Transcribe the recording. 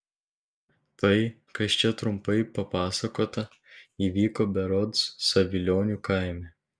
tai kas čia trumpai papasakota įvyko berods savilionių kaime